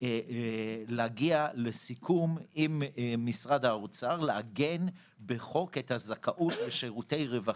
להגיע לסיכום עם משרד האוצר לעגן בחוק את הזכאות לשירותי רווחה,